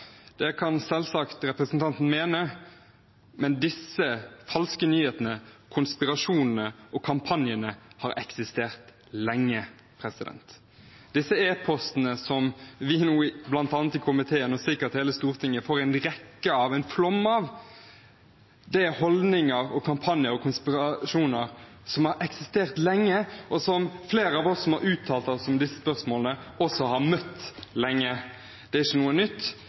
Det kan selvsagt representanten mene, men disse falske nyhetene, konspirasjonene og kampanjene har eksistert lenge. Disse e-postene som vi nå bl.a. i komiteen og sikkert hele Stortinget får en flom av, er holdninger, kampanjer og konspirasjoner som har eksistert lenge, og som flere av oss som har uttalt oss om disse spørsmålene, også har møtt lenge. Det er ikke noe nytt,